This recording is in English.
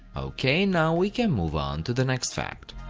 ok, now we can move on to the next fact.